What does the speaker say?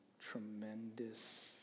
Tremendous